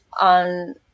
on